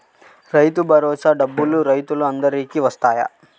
రైతు భరోసా డబ్బులు రైతులు అందరికి వస్తాయా?